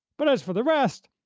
but as for the rest,